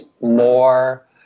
More